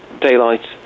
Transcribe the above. daylight